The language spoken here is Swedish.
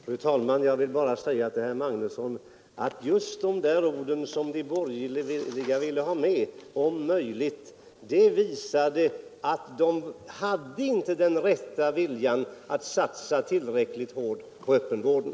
Fru talman! Jag vill bara säga till herr Magnusson i Nennesholm, att just de orden, ”om möjligt”, som de borgerliga ville få med visade att de inte hade den rätta viljan att satsa tillräckligt hårt på öppenvården.